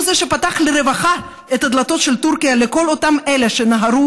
הוא שפתח לרווחה את הדלתות של טורקיה לכל אלה שנהרו